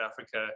Africa